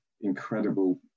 incredible